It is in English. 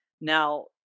now